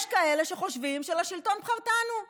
יש כאלה שחושבים ש"לשלטון בחרתנו";